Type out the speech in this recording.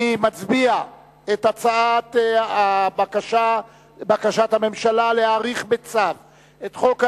אני מצביע על בקשת הממשלה להאריך בצו את תוקפו